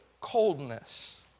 coldness